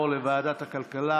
לוועדת הכלכלה.